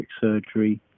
surgery